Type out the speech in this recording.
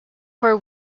for